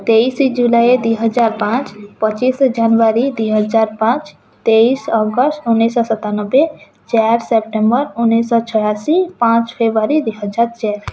ତେଇଶି ଜୁଲାଇ ଦୁଇହଜାର ପାଞ୍ଚ ପଚିଶି ଜାନୁଆରୀ ଦୁଇହଜାର ପାଞ୍ଚ ତେଇଶି ଅଗଷ୍ଟ ଉନେଇଶିଶହ ସତାନବେ ଚାର ସେପ୍ଟେମ୍ବର ଉନେଇଶିଶହ ଛାୟାଅଶି ପାଞ୍ଚ ଫେବୃଆରୀ ଦୁଇହଜାର ଚାର